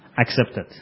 accepted